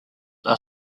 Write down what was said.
are